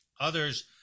Others